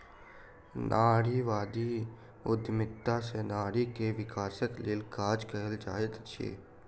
नारीवादी उद्यमिता सॅ नारी के विकासक लेल काज कएल जाइत अछि